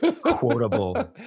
quotable